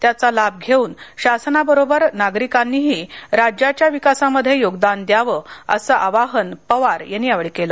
त्याचा लाभ घेऊन शासनाबरोबर नागरिकांनीही राज्याच्या विकासामध्ये योगदान द्याव असं आवाहन पवार यांनी केलं